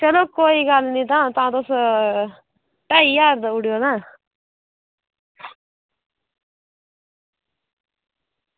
चलो कोई गल्ल निं तां तुस ढाई ज्हार देई ओड़ेओ तां